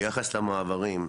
ביחס למעברים,